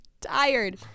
tired